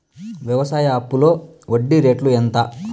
వ్యవసాయ అప్పులో వడ్డీ రేట్లు ఎంత?